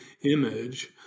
image